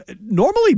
normally